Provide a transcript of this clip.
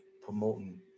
promoting